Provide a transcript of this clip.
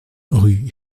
rue